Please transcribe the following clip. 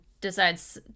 decides